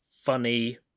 funny